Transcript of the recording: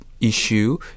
issue